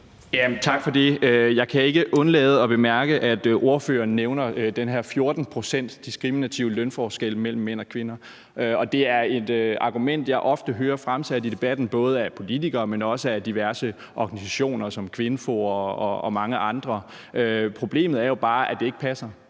Tak for det. Jeg kan ikke undlade at bemærke, at ordføreren nævner den her 14-procentsdiskriminative lønforskel mellem mænd og kvinder, og det er et argument, jeg ofte hører fremsat i debatten, både af politikere, men også af diverse organisationer som KVINFO og mange andre. Problemet er jo bare, at det ikke passer.